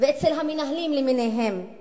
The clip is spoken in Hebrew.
ואצל המנהלים למיניהם היא